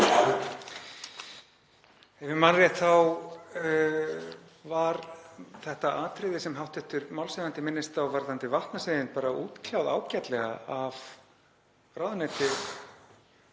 Ef ég man rétt þá var þetta atriði sem hv. málshefjandi minnist á varðandi vatnasviðin bara útkljáð ágætlega af ráðuneyti